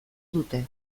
dute